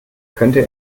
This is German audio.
könnte